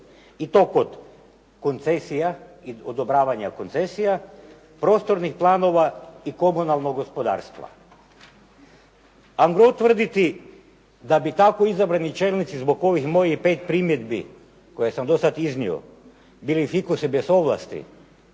I to kod koncesija, kod odobravanja koncesija, prostornih planova i komunalnog gospodarstva. …/Govornik se ne razumije./… tvrditi da bi tako izabrani čelnici zbog ovih mojih pet primjedbi koje sam do sada iznio bili fikusi bez ovlasti